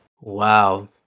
Wow